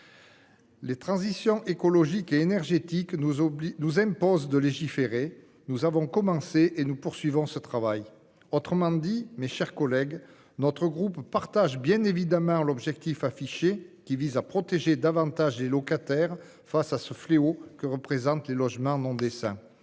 Les transitions écologiques et énergétiques nous imposent de légiférer. Nous avons commencé le travail et nous le poursuivrons ! Autrement dit, mes chers collègues, notre groupe partage bien évidemment l'objet affiché par ce texte, qui vise à protéger davantage les locataires face au fléau que représentent les logements non décents.